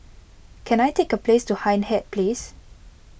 can I take a place to Hindhede Place